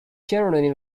generally